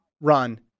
run